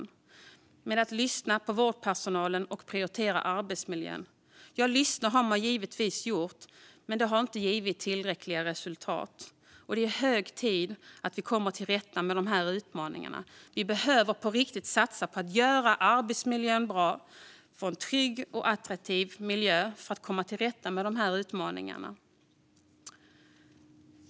Man har inte lyckats lyssna på vårdpersonalen och prioritera arbetsmiljön. Ja, lyssnat har man givetvis gjort, men det har inte givit tillräckliga resultat. Det är hög tid att vi kommer till rätta med dessa utmaningar. Vi behöver på riktigt satsa på att göra arbetsmiljön bra och få en trygg och attraktiv miljö för att komma till rätta med de här utmaningarna.